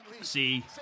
See